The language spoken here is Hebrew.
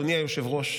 אדוני היושב-ראש.